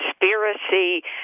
conspiracy